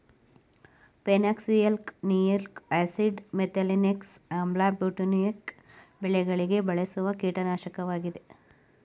phenoxyalkanoic acid, methylphenoxy ಆಮ್ಲ, butanoic ಬೆಳೆಗಳಿಗೆ ಬಳಸುವ ಕೀಟನಾಶಕವಾಗಿದೆ